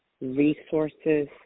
resources